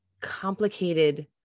complicated